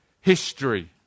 history